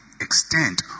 extent